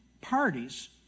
parties